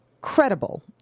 Credible